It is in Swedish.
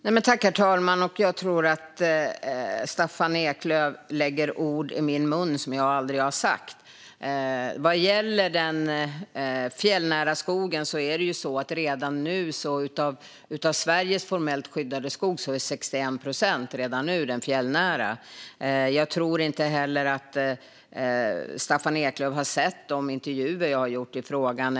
Herr talman! Jag tror att Staffan Eklöf lägger ord i min mun som jag aldrig har sagt. Vad gäller den fjällnära skogen är det redan nu så att 61 procent av Sveriges formellt skyddade skog utgörs av den fjällnära. Jag tror inte heller att Staffan Eklöf har sett de intervjuer jag har gjort i frågan.